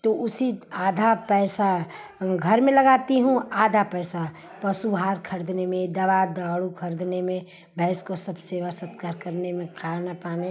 तो उसी आधा पैसा घर में लगाती हूँ आधा पैसा पशु आहार खरीदने में दवा दारू खरीदने में भैंस की सब सेवा सत्कार करने में खाना पानी